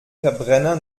verbrenner